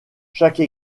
chaque